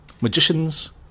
magicians